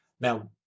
Now